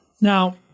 Now